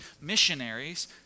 missionaries